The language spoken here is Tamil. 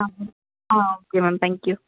ஆ ஆ ஓகே மேம் தேங்க் யூ